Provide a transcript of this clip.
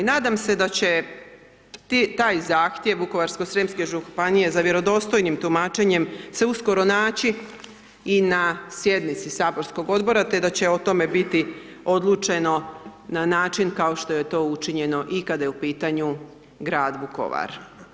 Nadam se da će taj zahtjev Vukovarsko-srijemske županije za vjerodostojnim tumačenjem se uskoro naći i na sjednici saborskog Odbora, te da će o tome biti odlučeno na način kao što je to učinjeno i kada je u pitanju grad Vukovar.